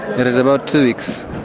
it is about two weeks,